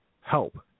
help